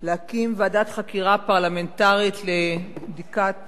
להקים ועדת חקירה פרלמנטרית לבדיקת